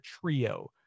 trio